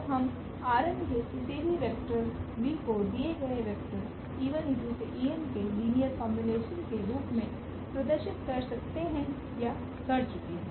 तो हम के किसी भी वेक्टर v को दिए गए वेक्टर्स के लीनियर कोम्बिनेशन के रूप में प्रदर्शित कर सकते या कर चुके है